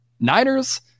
Niners –